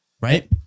right